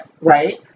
Right